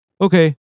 okay